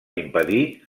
impedir